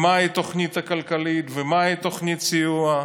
מה התוכנית הכלכלית ומה תוכנית הסיוע.